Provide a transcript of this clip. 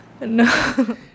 No